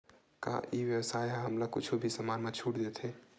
का ई व्यवसाय ह हमला कुछु भी समान मा छुट देथे?